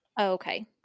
Okay